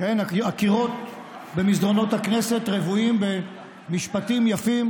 הקירות במסדרונות הכנסת רוויים במשפטים יפים,